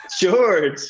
george